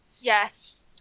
Yes